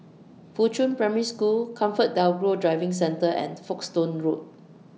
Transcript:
Fuchun Primary School ComfortDelGro Driving Centre and Folkestone Road